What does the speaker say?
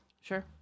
Sure